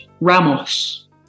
Ramos